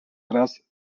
wraz